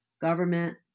government